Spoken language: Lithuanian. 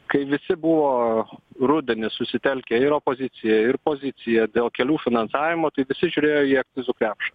kai visi buvo rudenį susitelkę ir opozicija ir pozicija dėl kelių finansavimo tai visi žiūrėjo į akcizų krepšį